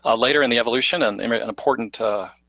ah later in the evolution, and i mean an important